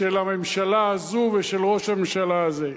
של הממשלה הזאת ושל ראש הממשלה הזה.